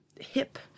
hip